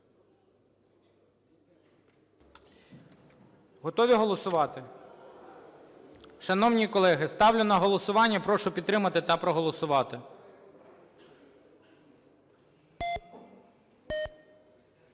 Готові голосувати? Шановні колеги, ставлю на голосування, прошу підтримати та проголосувати.